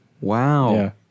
wow